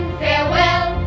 farewell